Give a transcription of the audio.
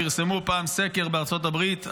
פרסמו פעם סקר בארצות הברית,